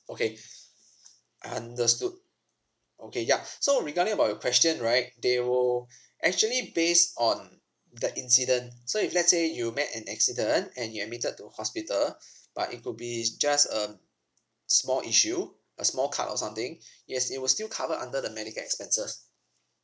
okay understood okay ya so regarding about your question right they will actually base on the incident so if let's say you met an accident and you admitted to hospital but it could be just um small issue a small cut or something yes it will still cover under the medical expenses